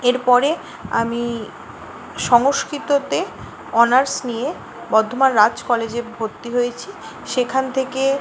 এরপরে আমি সংস্কৃততে অনার্স নিয়ে বর্ধমান রাজ কলেজে ভর্তি হয়েছি সেখান থেকে